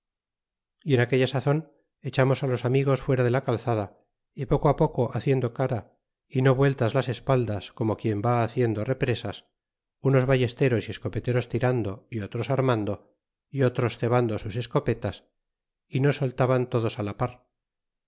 y en aquella sazon echamos á los amigos fuera de la calada y poco á poco haciendo cara y no vueltas las espaldas como quien va haciendo represas unos vallesteros y escopeteros tirando y otros armando y otros cebando sus escopetas y no soltaban todos á la par